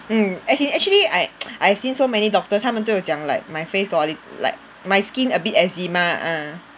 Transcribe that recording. mm as in actually I I've seen so many doctors 他们都有讲 like my face got a li~ like my skin a bit eczema uh